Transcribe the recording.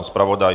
Zpravodaj?